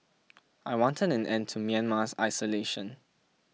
I wanted an end to Myanmar's isolation